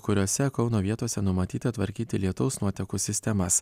kuriose kauno vietose numatyta tvarkyti lietaus nuotekų sistemas